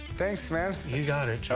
thanks, man. you got it,